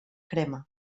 crema